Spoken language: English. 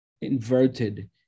inverted